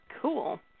Cool